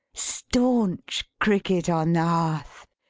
staunch cricket on the hearth!